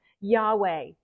Yahweh